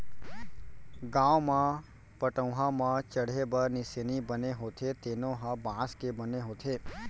गाँव म पटअउहा म चड़हे बर निसेनी बने होथे तेनो ह बांस के बने होथे